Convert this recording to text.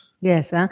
Yes